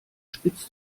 spitz